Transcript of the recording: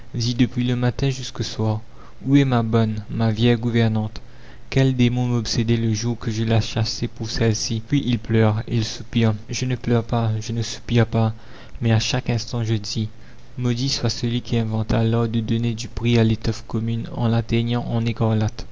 depuis le matin jusqu'au soir où est ma bonne ma vieille gouvernante quel démon m'obsédait le jour que je la chassai pour celle-ci puis il pleure il soupire je ne pleure pas je ne soupire pas mais à chaque instant je dis maudit soit celui qui inventa l'art de donner du prix à l'étoffe commune en la teignant en écarlate